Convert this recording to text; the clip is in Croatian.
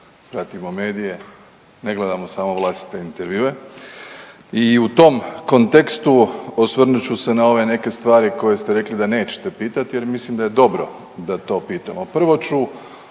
pratimo medije, ne gledamo samo vlastite intervjue i u tom kontekstu osvrnut ću se na ove neke stvari koje ste rekli da nećete pitati jer mislim da je dobro da to pitamo. Prvo ću